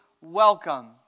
welcome